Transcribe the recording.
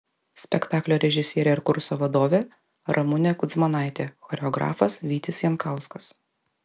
spektaklio režisierė ir kurso vadovė ramunė kudzmanaitė choreografas vytis jankauskas